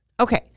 Okay